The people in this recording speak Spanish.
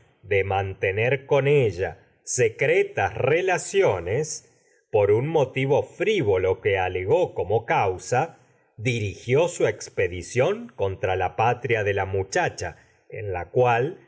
de mantener con la niña con ella secretas relaciones sa cha por ún motivo frivolo que alegó como cau dirigió su la expedición contra la patria de la mucha cual